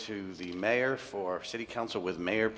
to the mayor for city council with mayor